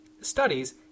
studies